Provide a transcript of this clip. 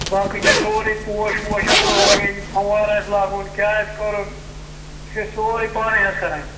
باقٕے چھِ أسۍ سورُے پوش ووش آسَن لاگٕنۍ پھَموار آسہِ لاگُن کیٛاہ آسہِ کَرُن سُہ چھِ أسۍ سورُے پانَے حظ کَران یِم